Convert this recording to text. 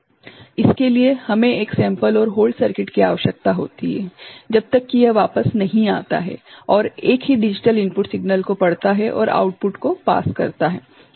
इसके लिए हमें एक सेंपल और होल्ड सर्किट की आवश्यकता होती है जब तक कि वह वापस नहीं आता है और एक ही डिजिटल इनपुट सिग्नल को पढ़ता है और आउटपुट को पास करता है ठीक हैं